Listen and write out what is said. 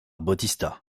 bautista